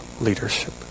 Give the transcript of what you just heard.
leadership